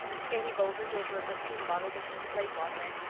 katie boulter gave her a perfume bottle to keep slate water in,